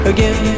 Again